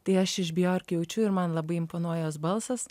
tai aš iš bjork jaučiu ir man labai imponuoja jos balsas